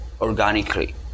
organically